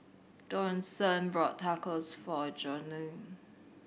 Johnson bought Tacos for Jocelyne